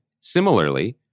similarly